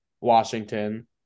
Washington